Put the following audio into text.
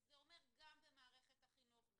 זה אומר גם במערכת החינוך,